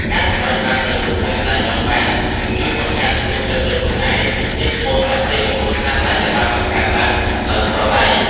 ការសម្រេចបាននូវរូបរាងដែលចង់បាន នឹងជួយបង្កើនទំនុកចិត្តលើខ្លួនឯង និងភាពមោទនភាពចំពោះស្នាដៃដែលបានបង្កើតឡើងដោយផ្ទាល់ដៃ។